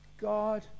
God